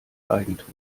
eigentum